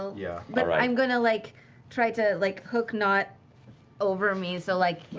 so yeah. i'm going to like try to like hook nott over me. so like